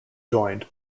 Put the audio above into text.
joined